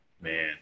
Man